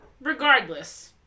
regardless